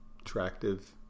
Attractive